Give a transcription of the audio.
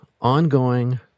ongoing